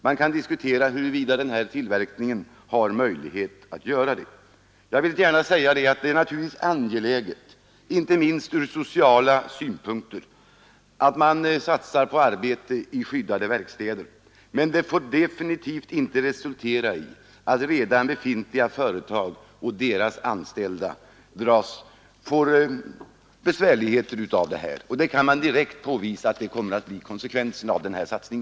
Man kan diskutera huruvida den här tillverkningen har möjlighet att göra det. Det är naturligtvis angeläget, inte minst från sociala synpunkter, att man satsar på arbete i skyddade verkstäder, men det får definitivt inte resultera i att redan befintliga företag och deras anställda får besvärligheter. Det kan man direkt påvisa kommer att bli konsekvensen av denna satsning.